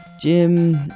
Jim